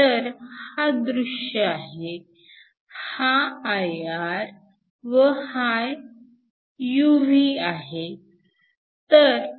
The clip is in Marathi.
तर हा दृश्य आहे हा IR व हा UV